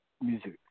music